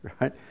right